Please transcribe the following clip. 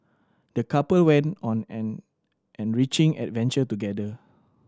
the couple went on an enriching adventure together